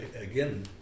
again